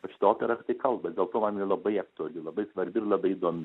šita opera apie tai kalba ir dėl to man labai aktuali labai svarbi ir labai įdomi